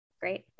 Great